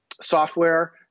software